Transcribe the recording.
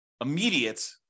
immediate